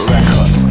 Record